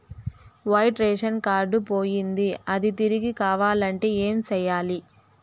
white ration card పోయింది అది తిరిగి కావాలంటే ఏం సేయాలి